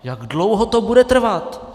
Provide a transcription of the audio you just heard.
Jak dlouho to bude trvat?